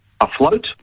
afloat